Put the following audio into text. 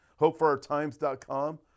HopeForOurTimes.com